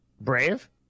Brave